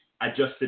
adjusted